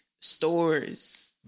stores